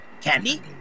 Candy